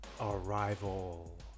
Arrival